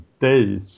days